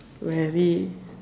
weary